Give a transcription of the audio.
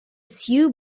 sew